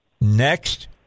next